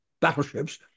battleships